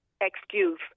excuse